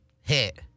Hit